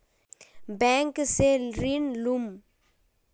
Bank से ऋण लुमू?